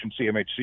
cmhc